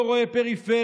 לא רואה פריפריה,